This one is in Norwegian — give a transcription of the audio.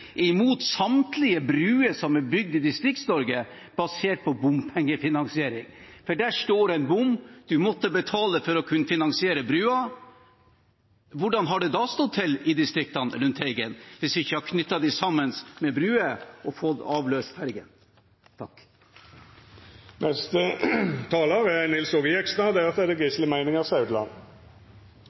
imot samtlige bruer som er bygd i Distrikts-Norge basert på bompengefinansiering. Der står det en bom, man måtte betale for å finansiere brua – hvordan hadde det stått til i distriktene hvis man ikke hadde knyttet dem sammen med bruer og fått avløst ferjene? Det kunne kanskje være greit med noen fakta i denne saken. Entusiasme er bra, men fakta er